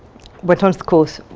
went on to the course,